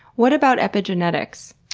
what about epigenetics?